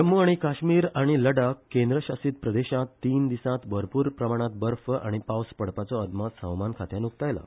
जम्मू आनी कश्मीर आनी लडाख केंद्र शासित प्रदेशांत तीन दिसांत भरपुर प्रमाणात बर्फ आनी पावस पडपाचो अदमास हवामान खात्यान उक्तायला